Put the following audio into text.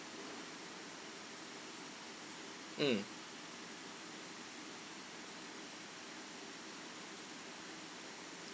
mm